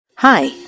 Hi